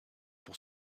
pour